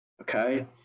Okay